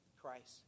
Christ